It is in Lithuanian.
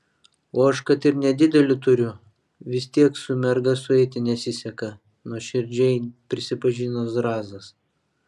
o aš kad ir nedidelį turiu vis tiek su merga sueiti nesiseka nuoširdžiai prisipažino zrazas